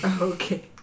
Okay